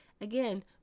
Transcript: Again